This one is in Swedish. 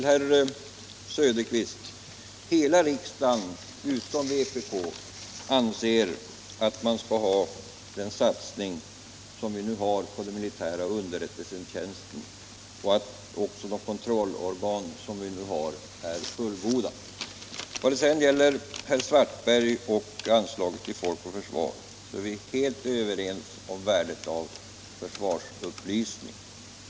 Herr talman! Hela riksdagen utom vpk, herr Söderqvist, anser att vi skall behålla den nuvarande satsningen på den militära underrättelsetjänsten och att de kontrollorgan som nu finns är fullgoda. Vad gäller anslag till Centralförbundet Folk och försvar, herr Svartberg, är vi helt överens om värdet av försvarsupplysning.